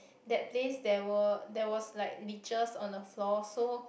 that place there were there was like leeches on the floor so